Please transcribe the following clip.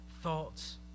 thoughts